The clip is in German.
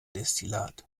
destillat